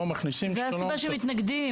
הם לא מכניסים --- זו הסיבה שהם מתנגדים,